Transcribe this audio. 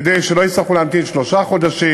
כדי שלא יצטרכו להמתין שלושה חודשים,